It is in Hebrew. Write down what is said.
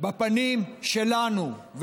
בפנים שלנו.